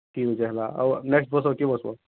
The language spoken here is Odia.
ଏନ୍ତା ହେଲା ଆଉ ନେକ୍ସଟ୍ ବସ କିଏ ବସ୍ବ